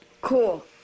Cool